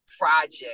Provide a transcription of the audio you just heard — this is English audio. project